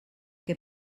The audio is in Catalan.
que